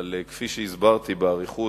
אבל כפי שהסברתי באריכות,